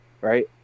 right